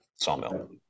sawmill